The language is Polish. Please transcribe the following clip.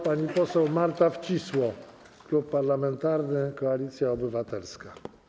Pani poseł Marta Wcisło, Klub Parlamentarny Koalicja Obywatelska.